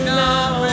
now